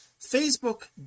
Facebook